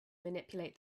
manipulate